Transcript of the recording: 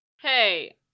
Hey